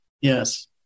Yes